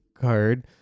card